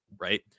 right